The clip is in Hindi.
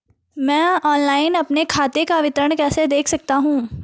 मैं ऑनलाइन अपने खाते का विवरण कैसे देख सकता हूँ?